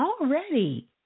already